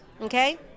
Okay